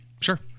Sure